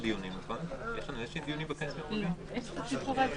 הישיבה ננעלה בשעה 14:00.